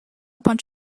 punch